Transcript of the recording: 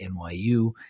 NYU